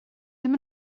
ddim